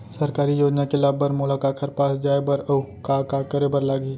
सरकारी योजना के लाभ बर मोला काखर पास जाए बर अऊ का का करे बर लागही?